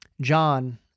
John